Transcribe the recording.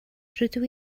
rydw